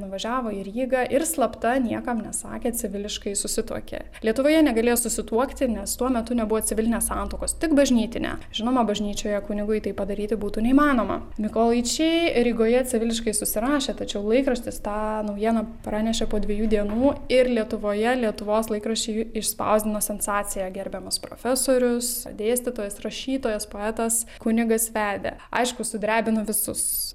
nuvažiavo į rygą ir slapta niekam nesakę civiliškai susituokė lietuvoje negalėjo susituokti nes tuo metu nebuvo civilinės santuokos tik bažnytinė žinoma bažnyčioje kunigui tai padaryti būtų neįmanoma mykolaičiai rygoje civiliškai susirašė tačiau laikraštis tą naujieną pranešė po dviejų dienų ir lietuvoje lietuvos laikraščiai išspausdino sensaciją gerbiamas profesorius dėstytojas rašytojas poetas kunigas vedė aišku sudrebino visus